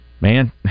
man